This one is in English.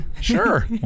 Sure